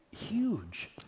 huge